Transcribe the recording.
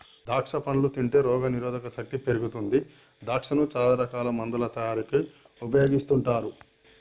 ద్రాక్షా పండ్లు తింటే రోగ నిరోధక శక్తి పెరుగుతుంది ద్రాక్షను చాల రకాల మందుల తయారీకి ఉపయోగిస్తుంటారు